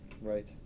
right